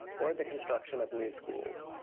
or the construction of new schools.